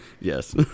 Yes